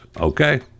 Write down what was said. Okay